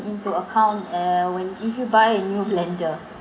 into account uh when if you buy a new blender